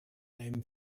einem